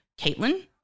Caitlin